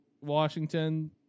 Washington